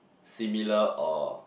similar or